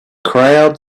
crowd